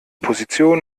position